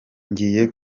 ngiye